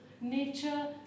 nature